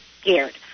scared